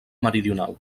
meridional